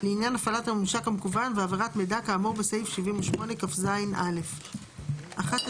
לעניין הפעלת הממשק המקוון והעברת מידע כאמור בסעיף 78כז(א); (11ג)